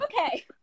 Okay